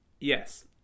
Yes